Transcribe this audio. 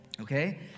okay